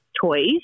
toys